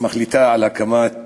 ומחליטה על הקמת